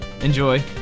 Enjoy